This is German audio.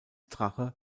drache